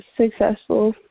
successful